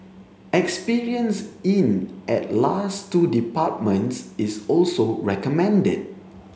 experience in at last two departments is also recommended